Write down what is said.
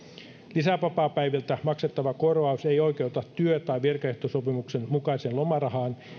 lisävapaapäiviltä maksettava korvaus ei oikeuta työ tai virkaehtosopimuksen mukaiseen lomarahaan